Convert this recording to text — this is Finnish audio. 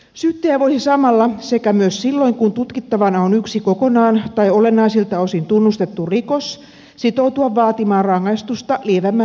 syyttäjä voisi samalla sekä myös silloin kun tutkittavana on yksi kokonaan tai olennaisilta osin tunnustettu rikos sitoutua vaatimaan rangaistusta lievemmän rangaistusasteikon mukaisesti